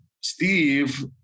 Steve